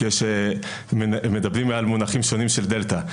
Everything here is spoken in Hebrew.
כי מדברים על מונחים שונים של דלתא.